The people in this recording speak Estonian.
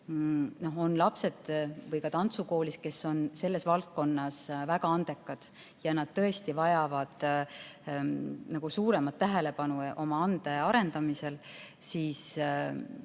on lapsed, kes on selles valdkonnas väga andekad ja nad tõesti vajavad suuremat tähelepanu oma ande arendamisel, siis